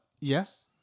Yes